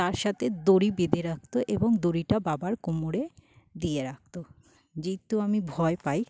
তার সাথে দড়ি বেঁধে রাখতো এবং দড়িতে বাবার কোমরে দিয়ে রাখতো যেহেতু আমি ভয় পাই তাই